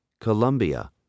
Colombia